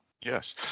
Yes